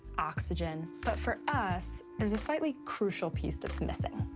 oxygen. but for us, there's a slightly crucial piece that's missing.